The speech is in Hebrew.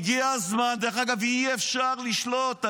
הגיע הזמן, דרך אגב, אי-אפשר לשלוט.